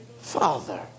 father